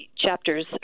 chapters